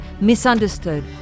misunderstood